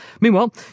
Meanwhile